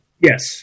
Yes